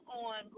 on